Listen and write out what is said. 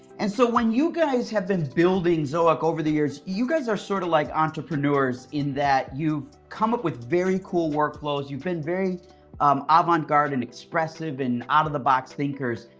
and so, when you guys have been building zoic over the years, you guys are sort of like entrepreneurs in that you come up with very cool workflows. you've been very um avant garde, and expressive, and out of the box thinkers.